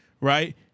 right